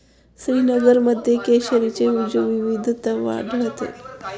श्रीनगरमध्ये केशरची उच्च विविधता आढळते